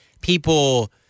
people